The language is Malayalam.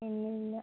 ഇല്ലയില്ല